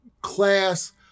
class